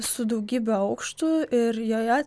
su daugybe aukštų ir joje